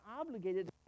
obligated